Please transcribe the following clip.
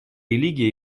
религия